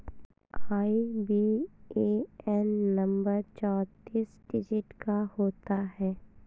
IBAN number चौतीस digit का होता है